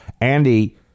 Andy